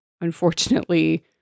unfortunately